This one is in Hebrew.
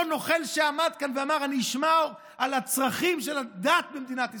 אותו נוכל שעמד כאן ואמר: אני אשמור על הצרכים של הדת במדינת ישראל,